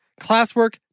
classwork